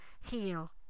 heal